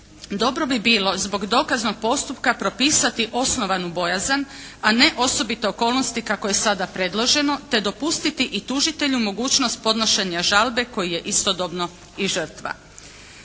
dobro bi bilo zbog dokaznog postupka propisati osnovanu bojazan a ne osobite okolnosti kako je sada predloženo te dopustiti i tužitelju mogućnost podnošenja žalbe koji je istodobno i žrtva.